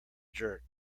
jerk